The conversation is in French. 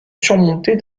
surmontées